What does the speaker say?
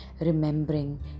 remembering